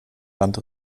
land